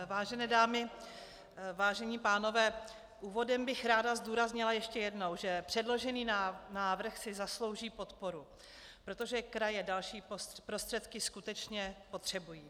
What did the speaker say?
Vážené dámy, vážení pánové, úvodem bych ráda zdůraznila ještě jednou, že předložený návrh si zaslouží podporu, protože kraje další prostředky skutečně potřebují.